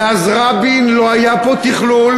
מאז רבין לא היה פה תכלול,